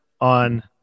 on